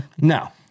No